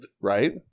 Right